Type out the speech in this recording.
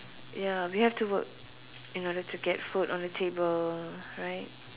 ya we have to work in order to get food on the table right